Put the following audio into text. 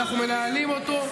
ואנחנו מנהלים אותו,